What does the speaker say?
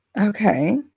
Okay